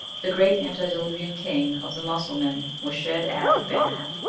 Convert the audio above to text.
the great antediluvian king of the mussulman was shedd-ad-ben-ad,